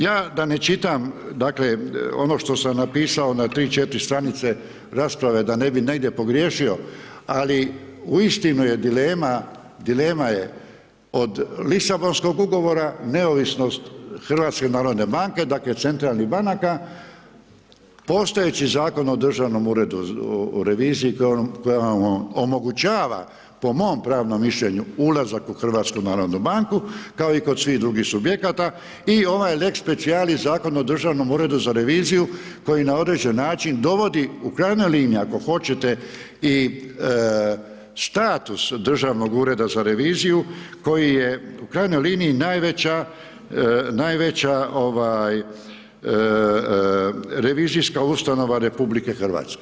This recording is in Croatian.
Ja da ne čitam dakle ono što sam napisao na 3, 4 stranice rasprave da ne bih negdje pogriješio ali uistinu je dilema, dilema je od Lisabonskog ugovora, neovisnost HNB-a, dakle centralnih banaka, postojeći Zakon o Državnom uredu o reviziji koji nam omogućava, po mom pravnom mišljenju, ulazak u HNB kao i kod svih drugih subjekata i ovaj lex specialis Zakon o Državnom uredu za reviziju koji na određeni način dovodi, u krajnjoj liniji ako hoćete i status Državnog ureda za reviziju koji je u krajnjoj liniji najveća revizijska ustanova RH.